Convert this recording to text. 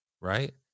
right